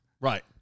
Right